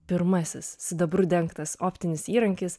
pirmasis sidabru dengtas optinis įrankis